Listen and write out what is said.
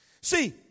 See